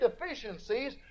deficiencies